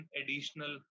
additional